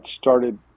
started